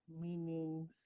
meanings